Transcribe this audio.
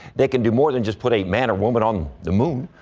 they can do more than just put a man or woman on the